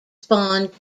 spawned